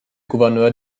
gouverneur